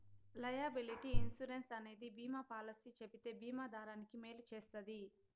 liability insurance అనేది బీమా policy చెబితే బీమా దారానికి మేలు చేస్తది